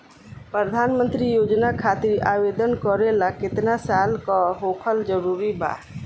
प्रधानमंत्री योजना खातिर आवेदन करे ला केतना साल क होखल जरूरी बा?